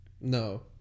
no